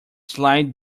slide